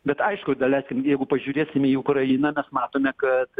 bet aišku daleiskim jeigu pažiūrėsim į ukrainą mes matome kad